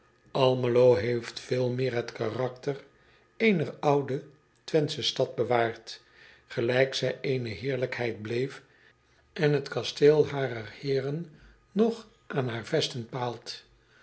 lmelo heeft veel meer het karakter eener oude wenthsche stad bewaard gelijk zij eene heerlijkheid bleef en het kasteel harer eeren nog aan haar vesten paalt